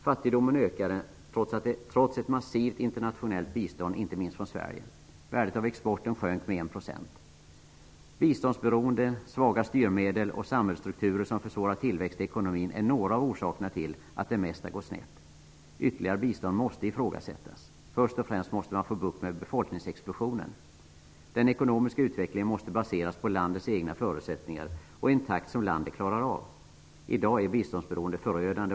Fattigdomen ökade trots ett massivt internationellt bistånd, inte minst från Sverige. Värdet av exporten sjönk med 1 %. Biståndsberoende, svaga styrmedel och samhällsstrukturer som försvårar tillväxt i ekonomin är några av orsakerna till att det mesta har gått snett. Ytterligare bistånd måste ifrågasättas. Först och främst måste man få bukt med befolkningsexplosionen. Den ekonomiska utvecklingen måste baseras på landets egna förutsättningar och ske i en takt som landet klarar av. I dag är biståndsberoendet förödande.